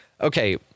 Okay